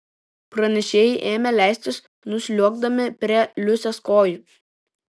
pranešėjai ėmė leistis nusliuogdami prie liusės kojų